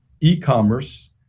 e-commerce